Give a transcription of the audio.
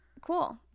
Cool